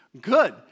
Good